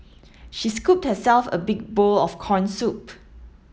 she scooped herself a big bowl of corn soup